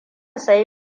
sayi